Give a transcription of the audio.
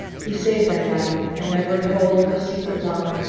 who saved thy life and never told her secret love!